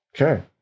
Okay